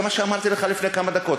זה מה שאמרתי לך לפני כמה דקות.